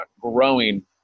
growing